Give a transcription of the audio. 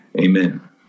Amen